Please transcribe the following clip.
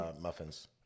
muffins